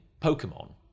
Pokemon